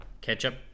Ketchup